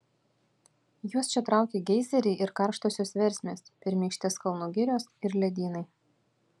juos čia traukia geizeriai ir karštosios versmės pirmykštės kalnų girios ir ledynai